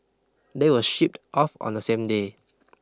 they were shipped off on the same day